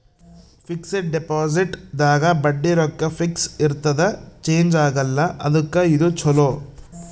fix deposit ದಾಗ ಬಡ್ಡಿ ರೊಕ್ಕ ಫಿಕ್ಸ್ ಇರ್ತದ ಚೇಂಜ್ ಆಗಲ್ಲ ಅದುಕ್ಕ ಇದು ಚೊಲೊ